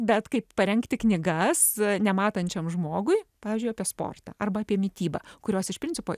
bet kaip parengti knygas nematančiam žmogui pavyzdžiui apie sportą arba apie mitybą kurios iš principo